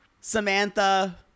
Samantha